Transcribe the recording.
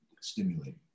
stimulating